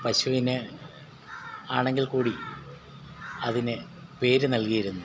പശുവിന് ആണെങ്കിൽക്കൂടി അതിനു പേര് നൽകിയിരുന്നു